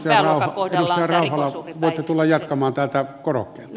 edustaja rauhala voitte tulla jatkamaan täältä korokkeelta